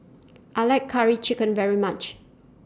I like Curry Chicken very much